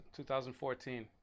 2014